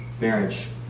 marriage